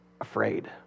afraid